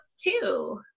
two